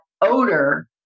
odor